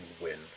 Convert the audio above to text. win